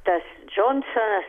tas džonsonas